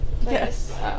Yes